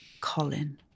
Colin